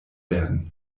werden